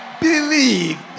Believe